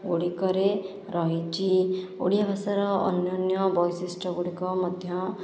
ଗୁଡ଼ିକରେ ରହିଛି ଓଡ଼ିଆ ଭାଷାର ଅନନ୍ୟ ବୈଶିଷ୍ଟ୍ୟ ଗୁଡ଼ିକ ମଧ୍ୟ